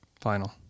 Final